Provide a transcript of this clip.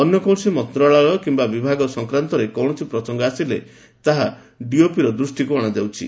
ଅନ୍ୟ କୌଣସି ମନ୍ତ୍ରଣାଳୟ କିମ୍ବା ବିଭାଗ ସଂକ୍ରାନ୍ତରେ କୌଣସି ପ୍ରସଙ୍ଗ ଆସିଲେ ତାହା ଡିଓପିର ଦୃଷ୍ଟିକୁ ଅଣାଯାଉଛି